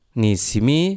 nisimi